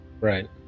right